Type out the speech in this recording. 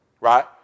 right